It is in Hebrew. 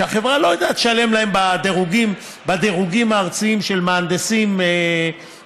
כשהחברה לא יודעת לשלם להם בדירוגים הארציים של מהנדסים והנדסאים.